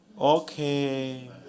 okay